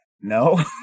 no